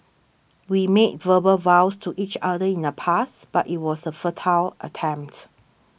we made verbal vows to each other in the past but it was a futile attempt